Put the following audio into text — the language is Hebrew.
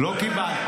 לא קיבלתי.